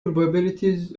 probabilities